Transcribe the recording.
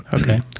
Okay